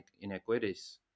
inequities